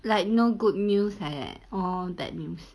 like no good news like that all bad news